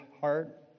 heart